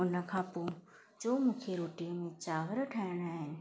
हुन खां पोइ जो मूंखे रोटीअ में चांवर ठाहिणा आहिनि